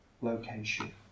location